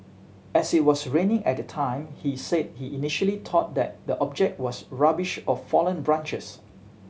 as it was raining at the time he said he initially thought that the object was rubbish or fallen branches